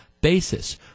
basis